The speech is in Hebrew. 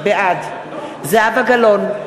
בעד זהבה גלאון,